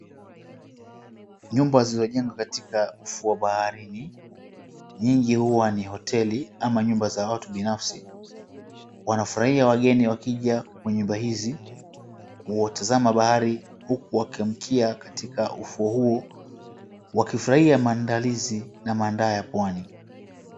Nyumba zilizojengwa katika ufuo wa baharini, nyingi huwa ni hoteli ama nyumba za watu binafsi. Wanafurahia wageni wakija kwa nyumba hizi kutazama bahari huku wakiamkia katika ufuo huu wakifurahia maandalizi na maandaa ya pwani.